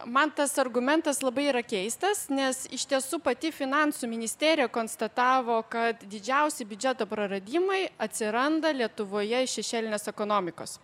man tas argumentas labai yra keistas nes iš tiesų pati finansų ministerija konstatavo kad didžiausi biudžeto praradimai atsiranda lietuvoje iš šešėlinės ekonomikos